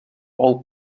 all